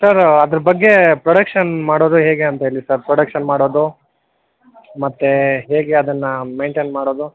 sir ಅದರ ಬಗ್ಗೆ production ಮಾಡೋರು ಹೇಗೆ ಅಂತ ಹೇಳಿ ಸರ್ ಪ್ರೊಡಕ್ಷನ್ ಮಾಡೋದು ಮತ್ತು ಹೇಗೆ ಅದನ್ನು ಮೈನ್ಟೈನ್ ಮಾಡೋದು